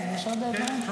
יש עוד דברים?